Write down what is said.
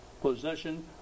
possession